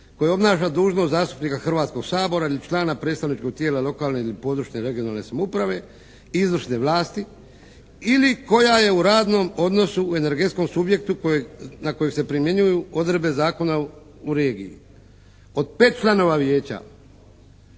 koje obnaša dužnost zastupnika Hrvatskog sabora ili člana predstavničkog tijela lokalne ili područne (regionalne) samouprave, izvršne vlasti ili koja je u radnom odnosu u energetskom subjektu koji, na kojeg se primjenjuju odredbe zakona u regiji. Od 5 članova vijeća